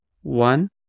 one